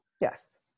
Yes